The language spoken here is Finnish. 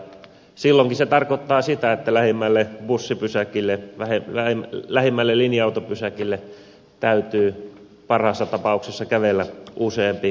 silloinkin se tarkoittaa sitä että lähimmälle linja autopysäkille täytyy parhaassa tapauksessa kävellä useampi kilometri